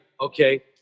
Okay